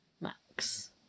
max